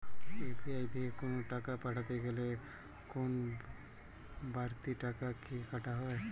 UPI দিয়ে কোন টাকা পাঠাতে গেলে কোন বারতি টাকা কি কাটা হয়?